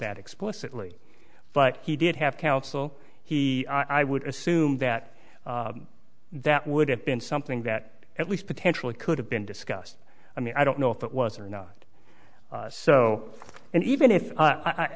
that explicitly but he did have counsel he i would assume that that would have been something that at least potentially could have been discussed i mean i don't know if it was or not so and even if